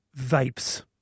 vapes